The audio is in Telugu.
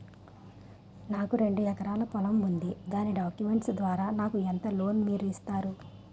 నాకు రెండు ఎకరాల పొలం ఉంది దాని డాక్యుమెంట్స్ ద్వారా నాకు ఎంత లోన్ మీరు ఇస్తారు?